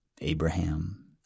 Abraham